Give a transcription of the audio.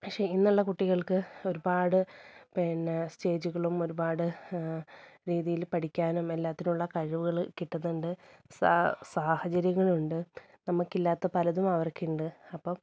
പക്ഷേ ഇന്നുള്ള കുട്ടികൾക്ക് ഒരുപാട് പിന്നെ സ്റ്റേജുകളുകളും ഒരുപാട് രീതിയിൽ പഠിക്കാനും എല്ലാത്തിനുമുള്ള കഴിവുകള് കിട്ടുന്നുണ്ട് സാഹചര്യങ്ങളുണ്ട് നമ്മള്ക്കില്ലാത്ത പലതും അവർക്കുണ്ട് അപ്പോള്